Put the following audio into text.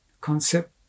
concept